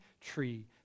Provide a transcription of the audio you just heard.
tree